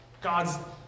God's